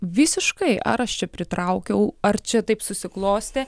visiškai ar aš čia pritraukiau ar čia taip susiklostė